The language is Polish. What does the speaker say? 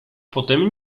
potem